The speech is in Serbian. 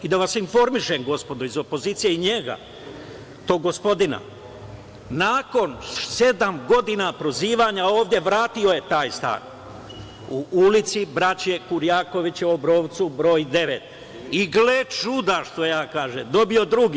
I da vas informišem, gospodo iz opozicije, i njega, tog gospodina, nakon sedam godina prozivanja ovde vratio je taj stan u ulici Braće Kurjakovića u Obrovcu, broj 9. I gle čuda, dobio drugi!